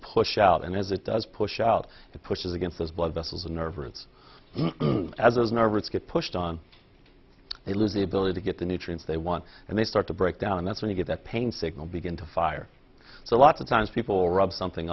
push out and as it does push out it pushes against those blood vessels and nerve roots as a nervous get pushed on they lose the ability to get the nutrients they want and they start to break down that's when you get that pain signal begin to fire so lots of times people rub something